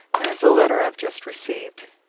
there is a letter i have just received.